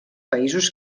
països